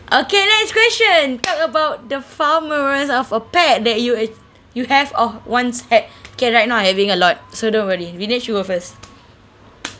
okay next question talk about the of a pet that you uh you have or once had K right now I having a lot so don't worry vinesh you go first